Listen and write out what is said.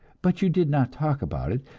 but you did not talk about it,